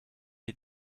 est